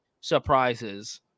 surprises